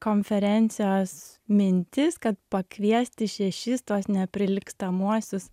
konferencijos mintis kad pakviesti šešis tuos neprilygstamuosius